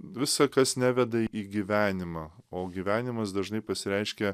visa kas neveda į gyvenimą o gyvenimas dažnai pasireiškia